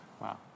Wow